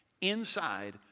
inside